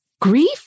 grief